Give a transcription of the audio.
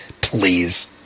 Please